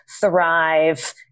thrive